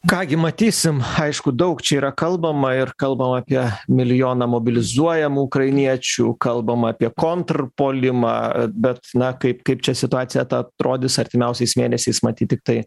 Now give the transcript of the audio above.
ką gi matysim aišku daug čia yra kalbama ir kalbam apie milijoną mobilizuojamų ukrainiečių kalbam apie kontrpuolimą bet na kaip kaip čia situacija ta atrodys artimiausiais mėnesiais matyt tiktai